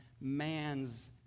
man's